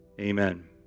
Amen